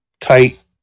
tight